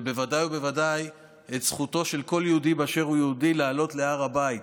ובוודאי ובוודאי על זכותו של כל יהודי באשר הוא יהודי לעלות להר הבית.